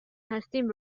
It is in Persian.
هستیم